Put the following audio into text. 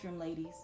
ladies